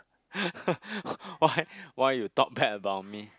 why why you talk bad about me